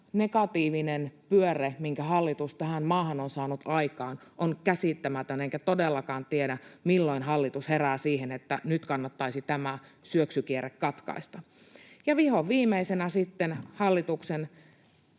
negatiivinen pyörre, minkä hallitus tähän maahan on saanut aikaan, on käsittämätön, enkä todellakaan tiedä, milloin hallitus herää siihen, että nyt kannattaisi tämä syöksykierre katkaista. Ja vihoviimeisenä sitten